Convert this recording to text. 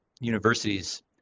universities